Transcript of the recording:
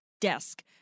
desk